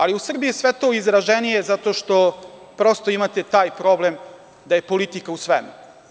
Ali, u Srbiji je sve to izraženije zato što, prosto, imate taj problem da je politika u svemu.